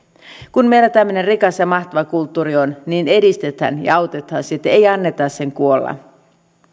kun meillä tämmöinen rikas ja mahtava kulttuuri on niin edistetään ja autetaan sitä ei anneta sen kuolla